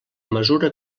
mesura